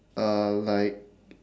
uh like